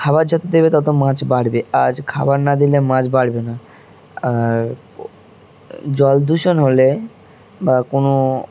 খাবার যত দেবে তত মাছ বাড়বে আর খাবার না দিলে মাছ বাড়বে না আর জল দূষণ হলে বা কোনো